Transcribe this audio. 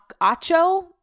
Acho